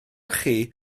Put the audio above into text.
chi